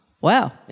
Wow